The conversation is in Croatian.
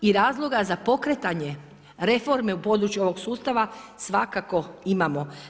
I razloga za pokretanje reforme u području ovog sustava svakako imamo.